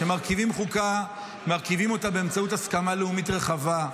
כשמרכיבים חוקה מרכיבים אותה באמצעות הסכמה לאומית רחבה,